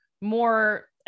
more